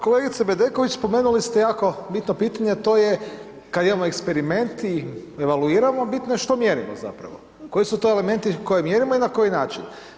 Kolegice Bedeković, spomenuli ste jako bitno pitanje a to je kada imamo eksperiment i evaluiramo bitno je što mjerimo zapravo, koji su to elementi koje mjerimo i na koji način.